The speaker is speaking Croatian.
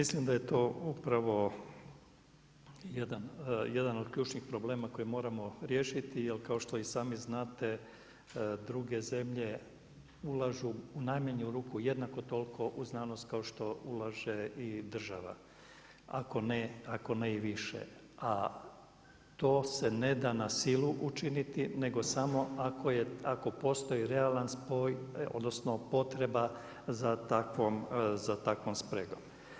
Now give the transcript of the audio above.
Mislim da je to upravo jedan od ključnih problema koji moramo riješiti jer kao što i sami znate druge zemlje ulažu u najmanju ruku jednako toliko u znanost kao što ulaže i države, ako ne i više a to se neda na silu učiniti nego samo ako postoji realan spoj odnosno potreba za takvom spregom.